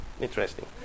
Interesting